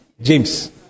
James